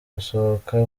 gusohoka